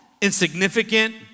insignificant